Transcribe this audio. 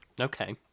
Okay